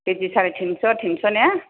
किजि साराय थिन्स' थिन्स' ने